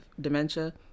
dementia